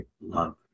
love